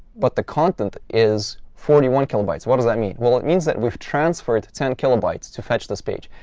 but the content is forty one kilobytes. what does that mean? well, it means that we've transferred ten kilobytes to fetch this page.